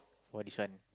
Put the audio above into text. oh this one